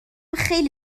خیلی